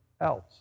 else